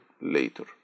later